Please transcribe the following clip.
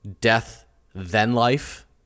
death-then-life